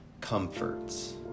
comforts